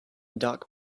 dock